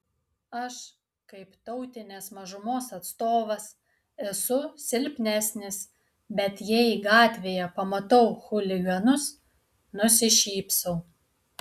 aš kaip tautinės mažumos atstovas esu silpnesnis bet jei gatvėje pamatau chuliganus nusišypsau